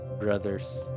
brothers